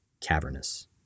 cavernous